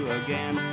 again